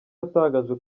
yatangaje